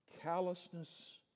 Callousness